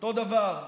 אותו דבר,